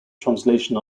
translation